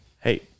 Hey